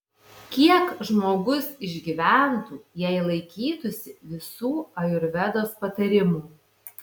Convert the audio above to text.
kiek žmogus išgyventų jei laikytųsi visų ajurvedos patarimų